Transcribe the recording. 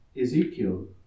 Ezekiel